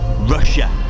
Russia